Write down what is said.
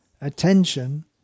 attention